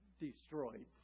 destroyed